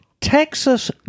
Texas